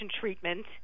treatment